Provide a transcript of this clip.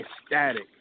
ecstatic